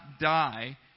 die